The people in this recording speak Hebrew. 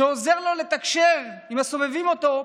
שעוזר לו לתקשר עם הסובבים אותו,